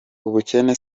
ubukene